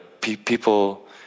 people